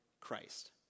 Christ